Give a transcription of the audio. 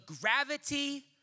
gravity